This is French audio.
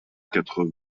quatre